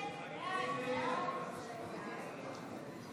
הסתייגות 626 לא נתקבלה.